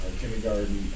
kindergarten